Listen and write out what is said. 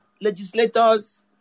legislators